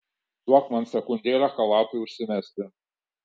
duok man sekundėlę chalatui užsimesti